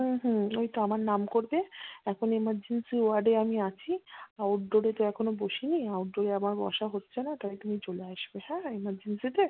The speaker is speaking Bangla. হুম হুম ওই তো আমার নাম করবে এখন এমার্জেন্সি ওয়ার্ডে আমি আছি আউটডোরে তো এখনও বসিনি আউটডোরে আমার বসা হচ্ছে না তাই তুমি চলে আসবে হ্যাঁ এমার্জেন্সিতে